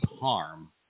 harm